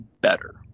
better